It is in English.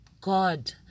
God